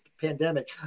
pandemic